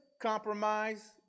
compromise